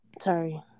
Sorry